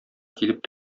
килеп